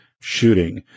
shooting